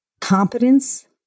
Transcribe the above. competence